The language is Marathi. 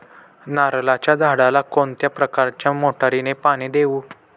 नारळाच्या झाडाला कोणत्या प्रकारच्या मोटारीने पाणी देऊ?